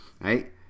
Right